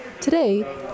Today